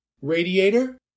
Radiator